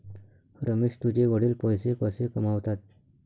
रमेश तुझे वडील पैसे कसे कमावतात?